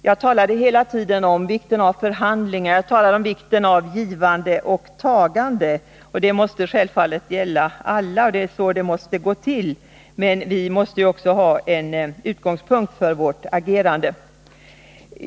Jag talade hela tiden om vikten av förhandlingar, om vikten av givande och tagande, och det måste självfallet gälla alla. Det är så det måste gå till, men vi måste också ha en utgångspunkt för vårt agerande.